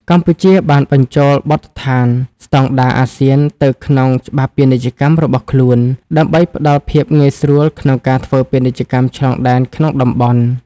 កម្ពុជាបានបញ្ចូលបទដ្ឋានស្ដង់ដារអាស៊ានទៅក្នុងច្បាប់ពាណិជ្ជកម្មរបស់ខ្លួន ដើម្បីផ្ដល់ភាពងាយស្រួលក្នុងការធ្វើពាណិជ្ជកម្មឆ្លងដែនក្នុងតំបន់។